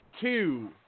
two